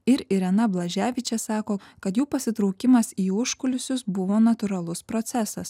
ir irena blaževičė sako kad jų pasitraukimas į užkulisius buvo natūralus procesas